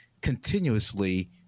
continuously